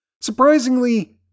Surprisingly